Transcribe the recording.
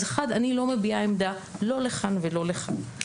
אז אחד אני לא מביעה עמדה לא לכאן ולא לכאן,